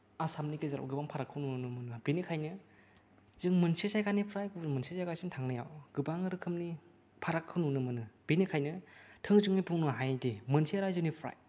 आसामनि गेजेराव गोबां फारागखौ नुनो मोनो बेनिखायनो जों मोनसे जायगानिफ्राय गुबुन मोनसे जायगासिम थांनायाव गोबां रोखोमनि फारागखौ नुनो मोनो बेनिखायनो थोंजोङै बुंनो हायोदि मोनसे राइजोनिफ्राय